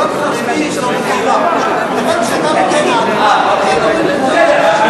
להיות חרדי זו בחירה, אז הבנתי.